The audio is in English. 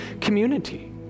community